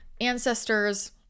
ancestors